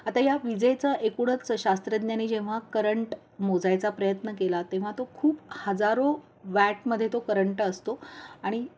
आता या विजेचं एकूणच शास्त्रज्ञांनी जेव्हा करंट मोजायचा प्रयत्न केला तेव्हा तो खूप हजारो वॅटमध्ये तो करंट असतो आणि